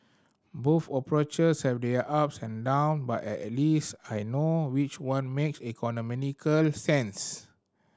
both approaches have their ups and down but at at least I know which one makes economical sense